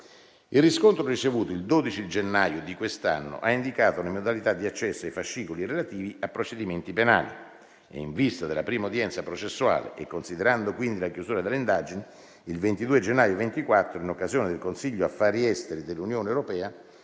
Il riscontro ricevuto il 12 gennaio di quest'anno ha indicato le modalità di accesso ai fascicoli relativi a procedimenti penali e, in vista della prima udienza processuale e considerando quindi la chiusura delle indagini, il 22 gennaio 2024, in occasione del Consiglio affari esteri dell'Unione europea,